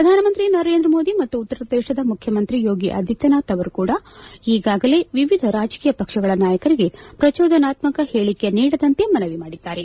ಪ್ರಧಾನಮಂತ್ರಿ ನರೇಂದ್ರ ಮೋದಿ ಮತ್ತು ಉತ್ತರ ಪ್ರದೇಶದ ಮುಖ್ಯಮಂತ್ರಿ ಯೋಗಿ ಆದಿತ್ಯನಾಥ ಅವರು ಕೂಡ ಈಗಾಗಲೇ ವಿವಿಧ ರಾಜಕೀಯ ಪಕ್ಷಗಳ ನಾಯಕರಿಗೆ ಪ್ರಜೋದನಾತ್ಸಕ ಹೇಳಿಕೆ ನೀಡದಂತೆ ಮನವಿ ಮಾಡಿದ್ದಾರೆ